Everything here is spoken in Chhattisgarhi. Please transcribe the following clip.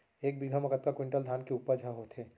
एक बीघा म कतका क्विंटल धान के उपज ह होथे?